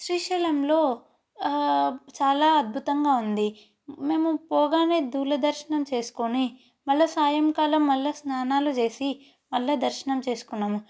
శ్రీశైలంలో చాలా అద్భుతంగా ఉంది మేము పోగానే దూలదర్శనం చేసుకుని మళ్ళీ సాయంకాలం మళ్ళా స్నానాలు చేసి మళ్ళా దర్శనం చేసుకున్నాము